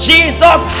Jesus